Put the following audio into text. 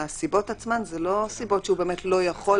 והסיבות עצמן הן לא סיבות שהוא באמת לא יכול,